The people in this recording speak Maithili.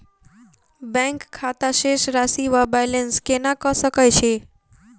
बैंक खाता शेष राशि वा बैलेंस केना कऽ सकय छी?